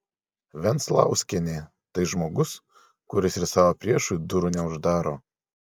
venclauskienė tai žmogus kuris ir savo priešui durų neuždaro